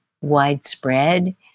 widespread